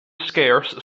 scarce